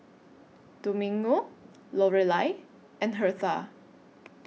Domingo Lorelai and Hertha